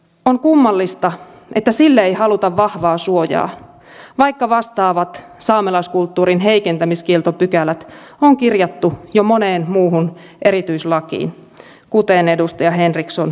on kummallista että sille ei haluta vahvaa suojaa vaikka vastaavat saamelaiskulttuurin heikentämiskieltopykälät on kirjattu jo moneen muuhun erityislakiin kuten edustaja henriksson esitteli